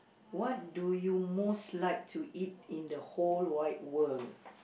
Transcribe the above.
what do you most like to eat in the whole wide world